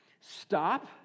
stop